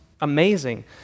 amazing